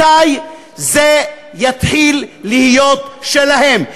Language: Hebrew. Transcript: מתי זה יתחיל להיות שלהם?